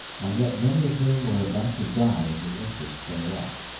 and yet many of whom were about to die in the interests thereof.